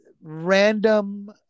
random –